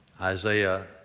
Isaiah